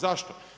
Zašto?